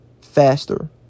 faster